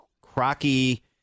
crocky